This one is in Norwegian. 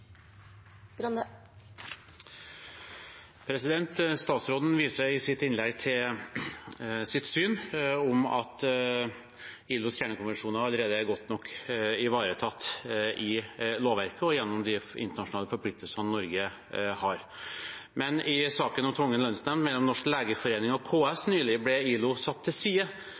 replikkordskifte. Statsråden viser i sitt innlegg til sitt syn om at ILOs kjernekonvensjoner allerede er godt nok ivaretatt i lovverket og gjennom de internasjonale forpliktelsene Norge har. Men i saken om tvungen lønnsnemnd mellom Den norske legeforening og KS nylig ble ILO satt til side